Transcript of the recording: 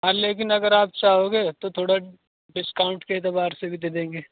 ہاں لیکن اگر آپ چاہو گے تو تھوڑا ڈسکاؤنٹ کے اعتبار سے بھی دے دیں گے